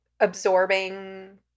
absorbing